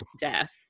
death